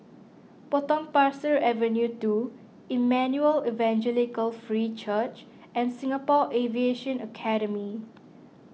Potong Pasir Avenue two Emmanuel Evangelical Free Church and Singapore Aviation Academy